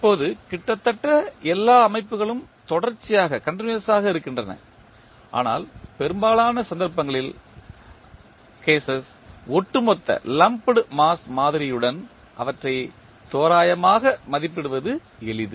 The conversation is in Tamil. இப்போது கிட்டத்தட்ட எல்லா அமைப்புகளும் தொடர்ச்சியாக இருக்கின்றன ஆனால் பெரும்பாலான சந்தர்ப்பங்களில் ஒட்டுமொத்த மாஸ் மாதிரியுடன் அவற்றை தோராயமாக மதிப்பிடுவது எளிது